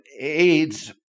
AIDS